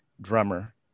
drummer